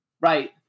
Right